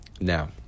now